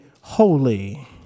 holy